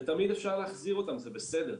ותמיד אפשר להחזיר אותן, זה בסדר.